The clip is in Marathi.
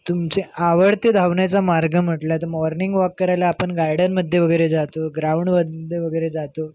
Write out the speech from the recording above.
तुमचे आवडते धावण्याचा मार्ग म्हटला तर मॉर्निंग वॉक करायला आपण गार्डनमध्ये वगैरे जातो ग्राउंडमध्ये वगैरे जातो